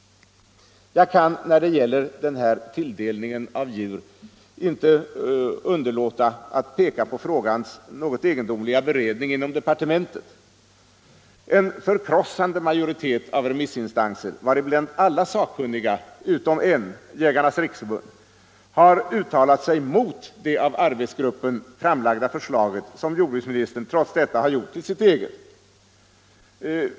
När det gäller tilldelningen av djur kan jag inte underlåta att visa på frågans något egendomliga beredning inom departementet. En förkrossande majoritet av remissinstanser — varibland alla sakkunniga utom en, Jägarnas riksförbund — har uttalat sig mot det av arbetsgruppen framlagda förslaget, som jordbruksministern trots detta gjort till sitt eget.